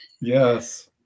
yes